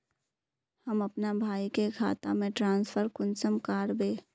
हम अपना भाई के खाता में ट्रांसफर कुंसम कारबे?